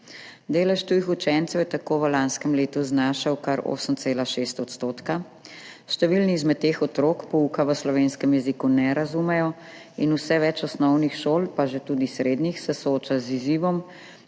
Delež tujih učencev je tako v lanskem letu znašal kar 8,6 %, številni izmed teh otrok pouka v slovenskem jeziku ne razumejo in vse več osnovnih šol, pa tudi srednjih, se sooča z izzivom,